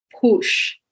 push